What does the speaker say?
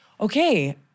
okay